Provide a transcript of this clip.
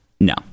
no